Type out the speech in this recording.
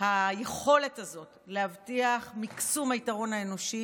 היכולת הזאת להבטיח מקסום היתרון האנושי